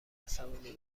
عصبانی